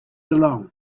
along